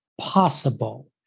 possible